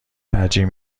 ترجیح